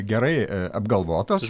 gerai apgalvotos